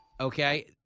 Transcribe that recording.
Okay